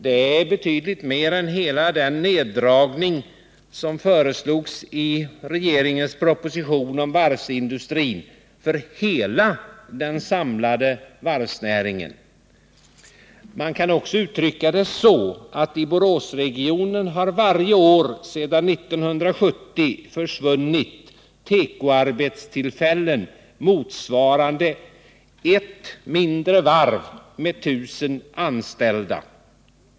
Det är betydligt mer än hela den neddragning för den samlade varvsnäringen som föreslogs i regeringens proposition om varvsindustrin. Man kan uttrycka det så att i Boråsregionen har varje år sedan 1970 försvunnit tekoarbetstillfällen motsvarande ett mindre varv med 1 000 anställda.